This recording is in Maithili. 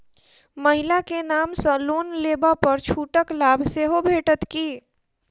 महिला केँ नाम सँ लोन लेबऽ पर छुटक लाभ सेहो भेटत की?